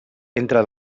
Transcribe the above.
entre